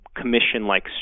commission-like